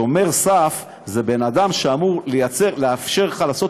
שומר סף זה בן אדם שאמור לאפשר לך לעשות